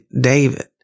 David